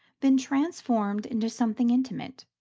been transformed into something intimate,